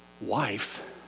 wife